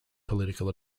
political